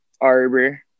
Arbor